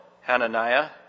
Hananiah